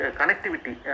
connectivity